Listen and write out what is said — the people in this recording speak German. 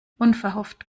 unverhofft